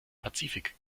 pazifik